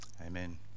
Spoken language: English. Amen